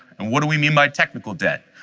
and what do we mean by technical debt?